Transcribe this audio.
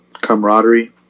camaraderie